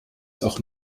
auch